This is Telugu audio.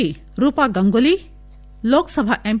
పి రూప గంగూలీ లోక్ సభ ఎం